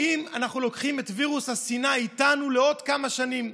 האם אנחנו לוקחים את וירוס השנאה איתנו לעוד כמה שנים?